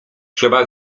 trzeba